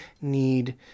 need